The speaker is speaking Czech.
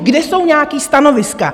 Kde jsou nějaká stanoviska?